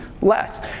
less